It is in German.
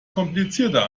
komplizierter